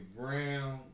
brown